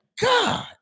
God